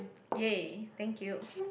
yay thank you